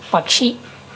పక్షి